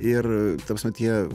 ir ta prasme tie